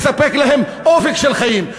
לספק להם אופק של חיים.